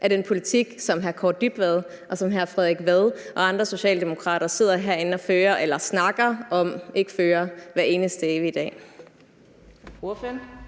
af den politik, som hr. Kaare Dybvad Bek og hr. Frederik Vad og andre socialdemokrater sidder herinde og fører – eller snakker om, ikke fører – hver evig eneste dag.